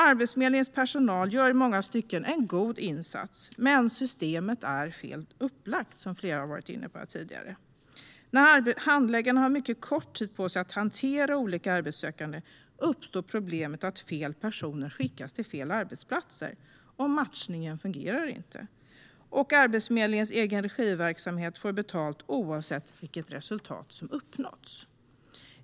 Arbetsförmedlingens personal gör i många stycken en god insats, men systemet är fel upplagt, som flera har framhållit tidigare. När handläggarna har mycket kort tid på sig att hantera olika arbetssökande uppstår problemet att fel personer skickas till fel arbetsplatser, och matchningen fungerar inte. Och Arbetsförmedlingens egenregiverksamhet får betalt oavsett vilket resultat som uppnåtts.